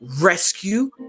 rescue